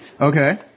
okay